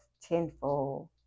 tenfold